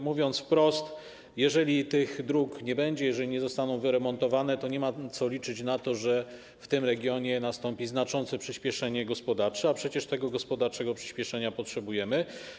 Mówiąc wprost, jeżeli tych dróg nie będzie, jeżeli nie zostaną wyremontowane, to nie ma co liczyć na to, że w tym regionie nastąpi znaczące przyspieszenie gospodarcze, a przecież tego gospodarczego przyspieszenia potrzebujemy.